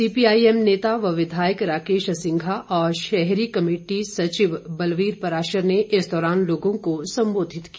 CPIM नेता व विधायक राकेश सिंघा और शहरी कमेटी सचिव बलवीर पराशर ने इस दौरान लोगों को संबोधित किया